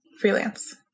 Freelance